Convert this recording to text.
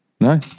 no